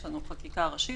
יש לנו חקיקה ראשית,